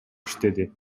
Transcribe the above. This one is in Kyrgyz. иштеди